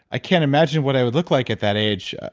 i can't imagine what i would look like at that age.